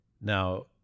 Now